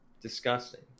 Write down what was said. Disgusting